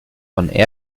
von